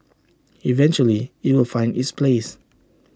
eventually IT will find its place